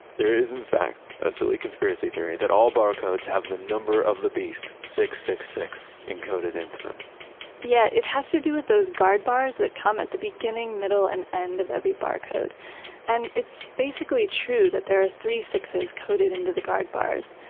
there is, in fact, a silly conspiracy theory that all barcodes have the number of the beast zero six six six zero encoded into them yeah, it has to do with those guard bars that come at the beginning, middle and end of every bar code. and it's basically true that there are three sixes coded into the guard bars.